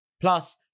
Plus